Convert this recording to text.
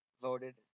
voted